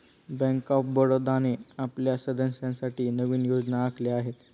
bank of बडोदाने आपल्या सदस्यांसाठी नवीन योजना आखल्या आहेत